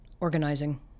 organizing